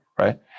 right